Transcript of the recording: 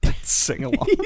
sing-along